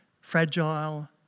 fragile